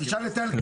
תשאל את אלקין.